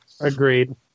Agreed